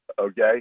Okay